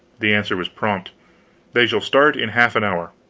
the answer was prompt they shall start in half an hour.